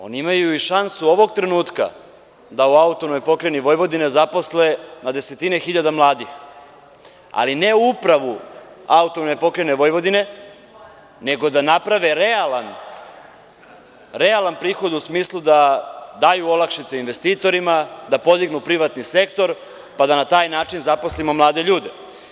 Oni imaju i šansu ovog trenutka da u AP Vojvodine zaposle na desetine hiljada mladih, ali ne Upravu AP Vojvodine, nego da naprave realan prihod u smislu da daju olakšice investitorima, da podignu privatni sektor, pa da na taj način zaposlimo mlade ljude.